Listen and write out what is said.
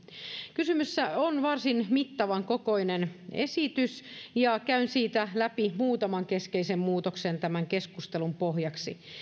kysymyksessä on varsin mittavan kokoinen esitys ja käyn siitä läpi muutaman keskeisen muutoksen tämän keskustelun pohjaksi